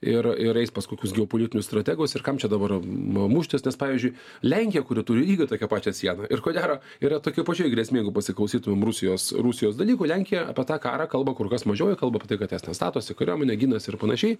ir ir eis pas kokius geopolitinius strategus ir kam čia dabar muštis nes pavyzdžiui lenkija kuri turi lygiai tokią pačią sieną ir ko gero yra tokioj pačioj grėsmėj jeigu pasiklausytumėm rusijos rusijos dalykų lenkija apie tą karą kalba kur kas mažiau kalba apie tai kad jie ten statosi kuriuomenę ginasi ir panašiai